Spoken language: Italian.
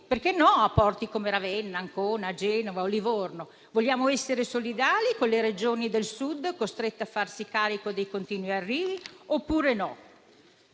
perché no a porti come Ravenna, Ancona, Genova o Livorno? Vogliamo essere solidali con le Regioni del Sud, costrette a farsi carico dei continui arrivi, oppure no?